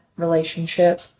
relationship